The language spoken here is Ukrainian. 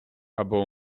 або